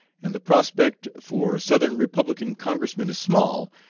and the prospect for southern republican congressmen is small,